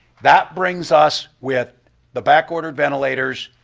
that brings us with the back-ordered ventilators,